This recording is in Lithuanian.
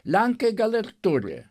lenkai gal ir turi